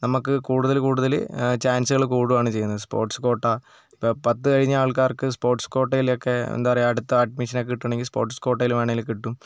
നമ്മൾക്ക് കൂടുതൽ കൂടുതൽ ചാൻസുകൾ കൂടുകയാണ് ചെയ്യുന്നത് സ്പോർട്സ് കോട്ട ഇപ്പം പത്ത് കഴിഞ്ഞ ആൾക്കാർക്ക് സ്പോർട്സ് കോട്ടയിലൊക്കെ എന്താ പറയുക അടുത്ത അഡ്മിഷനൊക്കെ കിട്ടണമെങ്കിൽ സ്പോർട്സ് കോട്ടയിൽ വേണമെങ്കിൽ കിട്ടും